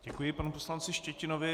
Děkuji panu poslanci Štětinovi.